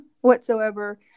whatsoever